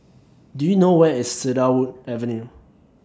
Do YOU know Where IS Cedarwood Avenue